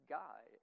guy